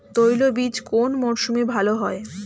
তৈলবীজ কোন মরশুমে ভাল হয়?